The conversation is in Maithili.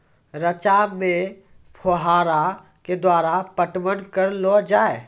रचा मे फोहारा के द्वारा पटवन करऽ लो जाय?